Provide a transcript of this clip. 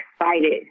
excited